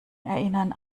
erinnern